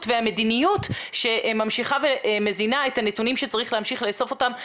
והמדיניות שממשיכה ומזינה את הנתונים שצריך להמשיך לאסוף אותם.